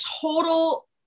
total